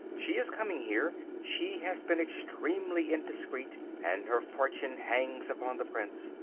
she is coming here. she has been extremely indiscreet and her fortune hangs upon the prince.